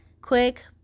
quick